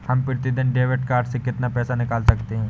हम प्रतिदिन debit card से कितना पैसा निकाल सकते हैं?